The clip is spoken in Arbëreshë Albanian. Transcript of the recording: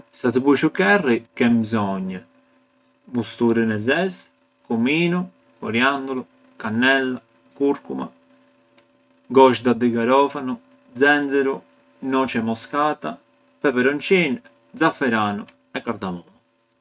Sa të bush u curry ke mbzonjë: musturën e zezë, cumino, coriandolo, cannella, curcuma, gozhda dhi garofanu, zenzero, noce moscata, peperonçin, xaferanë, cardamomo.